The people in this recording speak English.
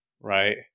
right